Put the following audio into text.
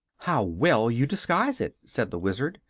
how well you disguise it, said the wizard.